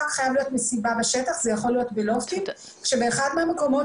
חייבת להיות רק מסיבה בשטח אלא זה יכול להיות בלופטים כאשר באחד המקומות